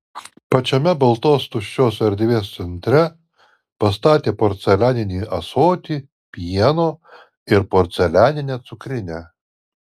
pačiame baltos tuščios erdvės centre pastatė porcelianinį ąsotį pieno ir porcelianinę cukrinę